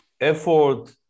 effort